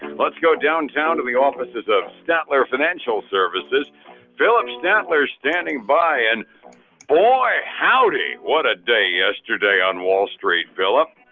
let's go downtown to the offices of statler financial services phillip statler standing by and boy howdy what a day yesterday on wall street, phillip.